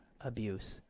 abuse